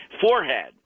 forehead